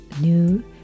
new